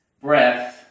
Breath